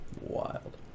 wild